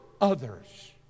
others